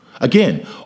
again